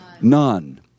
None